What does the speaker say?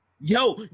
Yo